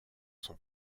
son